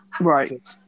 Right